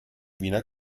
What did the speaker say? wiener